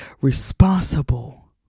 responsible